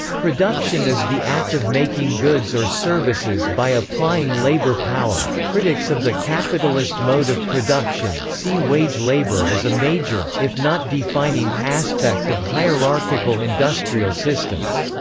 production is the act of making goods or services by applying labor power critics of the capitalist mode of production see wage labour as a major, if not defining, aspect of hierarchical industrial systems.